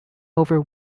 over